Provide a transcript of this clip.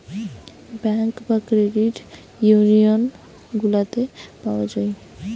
bank বা credit union গুলাতে পাওয়া যায়